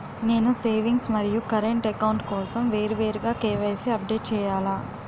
నేను సేవింగ్స్ మరియు current account కోసం వేరువేరుగా కే.వై.సీ అప్డేట్ చేయాలా?